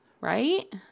right